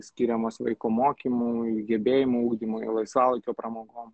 skiriamos vaiko mokymui gebėjimų ugdymui laisvalaikio pramogom